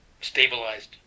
stabilized